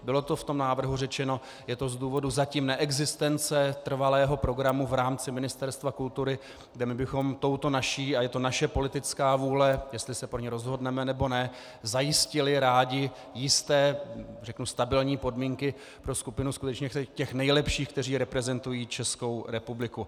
Bylo to v tom návrhu řečeno, je to z důvodu zatím neexistence trvalého programu v rámci Ministerstva kultury, kde my bychom touto naší, a je to naše politická vůle, jestli je pro ni rozhodneme, nebo ne, zajistili rádi jisté, řeknu, stabilní podmínky pro skupinu skutečně těch nejlepších, které reprezentují Českou republiku.